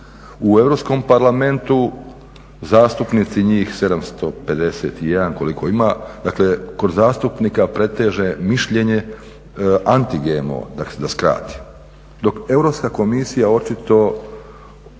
U Europskom parlamentu zastupnici, njih 751 koliko ima, dakle kod zastupnika preteže mišljenje anti GMO, da skratim, dok Europska komisija očito